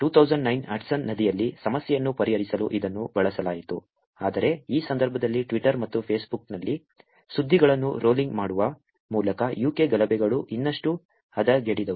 2009 Hudson ನದಿಯಲ್ಲಿ ಸಮಸ್ಯೆಯನ್ನು ಪರಿಹರಿಸಲು ಇದನ್ನು ಬಳಸಲಾಯಿತು ಆದರೆ ಈ ಸಂದರ್ಭದಲ್ಲಿ ಟ್ವಿಟರ್ ಮತ್ತು ಫೇಸ್ಬುಕ್ನಲ್ಲಿ ಸುದ್ದಿಗಳನ್ನು ರೋಲಿಂಗ್ ಮಾಡುವ ಮೂಲಕ UK ಗಲಭೆಗಳು ಇನ್ನಷ್ಟು ಹದಗೆಡಿದವು